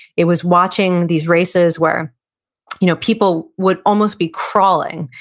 it was watching these races where you know people would almost be crawling,